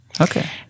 Okay